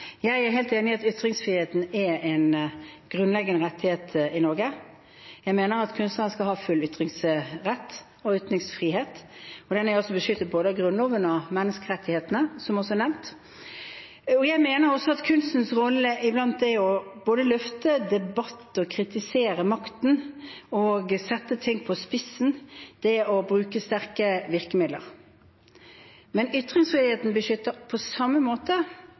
Jeg er helt enig i at ytringsfriheten er en grunnleggende rettighet i Norge, jeg mener at kunstnerne skal ha full ytringsrett og ytringsfrihet. Den er beskyttet både av Grunnloven og av menneskerettighetene, som også er nevnt. Jeg mener også at kunstens rolle iblant er både å løfte debatt, kritisere makten og å sette ting på spissen, det er å bruke sterke virkemidler. Men ytringsfriheten beskytter på samme måte